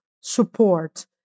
support